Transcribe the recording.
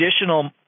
additional